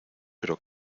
pero